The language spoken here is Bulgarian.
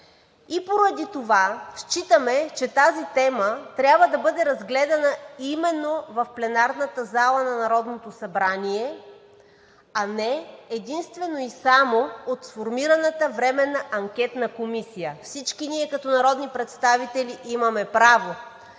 Поради това считаме, че тази тема трябва да бъде разгледана именно в пленарната зала на Народното събрание, а не единствено и само от сформираната Временна анкетна комисия. Всички ние като народни представители имаме право